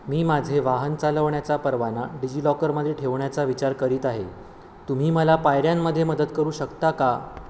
मी माझे वाहन चालवण्याचा परवाना डिजि लॉकरमध्ये ठेवण्याचा विचार करीत आहे तुम्ही मला पायऱ्यांमध्ये मदत करू शकता का